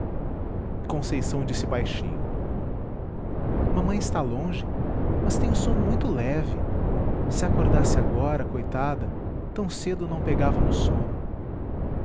conceição disse baixinho mamãe está longe mas tem o sono muito leve se acordasse agora coitada tão cedo não pegava no sono